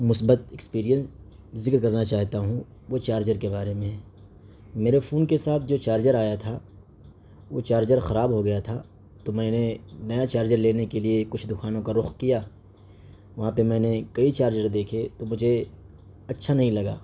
مثبت اکسپیرئنس ذکر کرنا چاہتا ہوں وہ چارجر کے بارے میں ہے میرے فون کے ساتھ جو چارجر آیا تھا وہ چارجر خراب ہو گیا تھا تو میں نے نیا چارجر لینے کے لیے کچھ دکانوں کا رخ کیا وہاں پہ میں نے کئی چارجر دیکھے تو مجھے اچّھا نہیں لگا